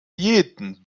jeden